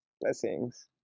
Blessings